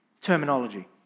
terminology